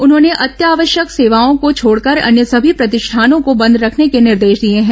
उन्होंने अत्यावश्यक सेवाओं को छोड़कर अन्य सभी प्रतिष्ठानों को बंद रखने के निर्देश दिए हैं